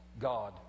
God